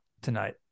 tonight